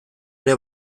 ere